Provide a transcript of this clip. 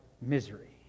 misery